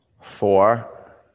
four